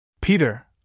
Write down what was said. Peter